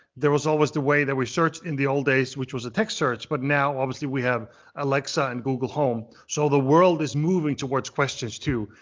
there was always a way that we searched in the old days, which was a text search. but, now obviously, we have alexa and google home. so the world is moving towards questions too.